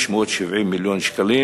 670 מיליון שקלים.